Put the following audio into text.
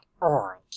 org